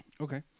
Okay